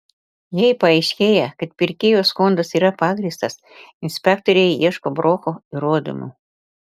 jei paaiškėja kad pirkėjo skundas yra pagrįstas inspektoriai ieško broko įrodymų